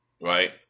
right